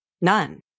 none